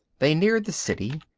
they neared the city,